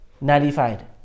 nullified